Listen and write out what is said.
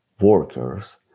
workers